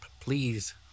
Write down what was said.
please